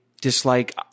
dislike